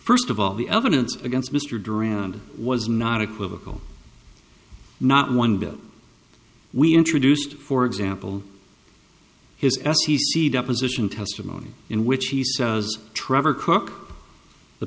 first of all the evidence against mr duran was not equivocal not one bit we introduced for example his s t c deposition testimony in which he says trevor cook the